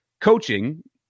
coaching